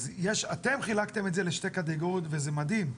אתם חילקתם את זה לשתי קטגוריות וזה מדהים.